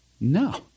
no